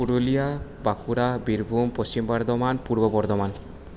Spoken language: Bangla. পুরুলিয়া বাঁকুড়া বীরভূম পশ্চিম বর্ধমান পূর্ব বর্ধমান